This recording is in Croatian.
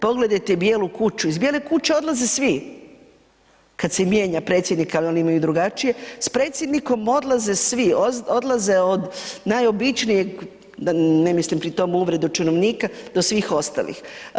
Pogledate Bijelu kuću, iz Bijele kuće odlaze svi, kada se mijenja predsjednik, ali oni imaju drugačije, s predsjednikom odlaze svi, odlaze od najobičnijeg, ne mislim pri tome uvrede činovnika, do svih ostalih.